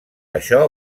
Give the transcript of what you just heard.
això